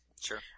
Sure